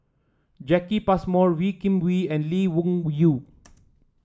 Jacki Passmore Wee Kim Wee and Lee Wung Yew